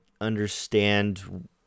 understand